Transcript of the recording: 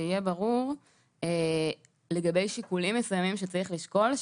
כדי שיהיה ברור שיש שיקולים מסוימים שצריך לשקול,